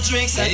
Drinks